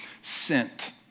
sent